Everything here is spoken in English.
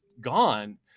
gone